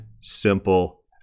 simple